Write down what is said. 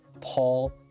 Paul